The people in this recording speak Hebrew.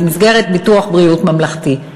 במסגרת ביטוח בריאות ממלכתי.